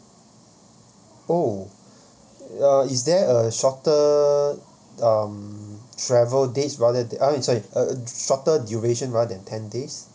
oh uh is there a shorter um travel days rather I mean sorry uh shorter duration rather than ten days